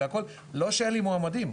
לא שאין לי מועמדים,